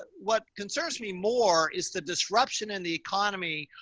but what concerns me more is the disruption in the economy.